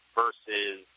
versus